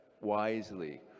wisely